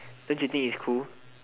don't you think it's cool